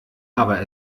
aber